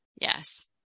Yes